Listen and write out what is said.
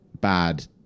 bad